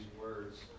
words